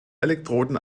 elektroden